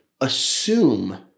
assume